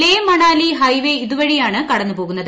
ലേ Manali highway ഇതുവഴിയാണ് കടന്നു പോകുന്നത്